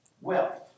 wealth